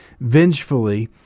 vengefully